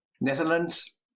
Netherlands